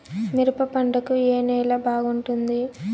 మిరప పంట కు ఏ నేల బాగుంటుంది?